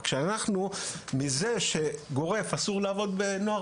אבל אנחנו נפגעים מזה שאסור להעסיק בני נוער